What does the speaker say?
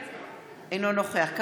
אינו נוכח ישראל אייכלר,